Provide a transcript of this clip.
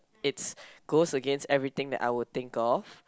it's goes against everything that I would think of